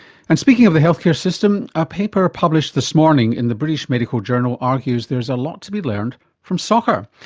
and speaking of the healthcare system, a paper published this morning in the british medical journal argues there's a lot to be learned from soccer.